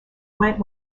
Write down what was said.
went